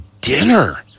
dinner